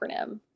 acronym